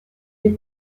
des